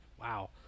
wow